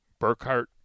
Burkhart